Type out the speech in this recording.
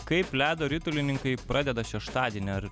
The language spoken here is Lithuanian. kaip ledo ritulininkai pradeda šeštadienį ar